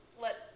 let